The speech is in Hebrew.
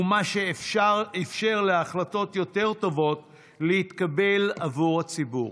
הוא מה שאפשר להחלטות יותר טובות להתקבל עבור הציבור.